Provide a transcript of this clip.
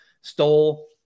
stole